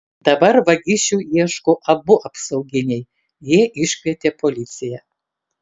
dabar vagišių ieško abu apsauginiai jie iškvietė policiją